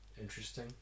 interesting